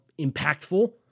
impactful